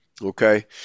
Okay